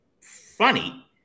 funny